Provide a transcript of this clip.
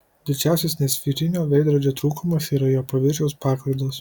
didžiausias nesferinio veidrodžio trūkumas yra jo paviršiaus paklaidos